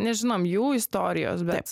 nežinom jų istorijos bet